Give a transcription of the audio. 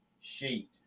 sheet